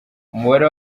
umubare